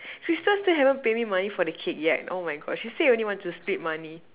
Crystal still haven't pay me money for the cake yet oh my God she say only want to split money